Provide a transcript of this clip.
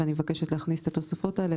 ואני מבקשת להכניס את התוספות האלה.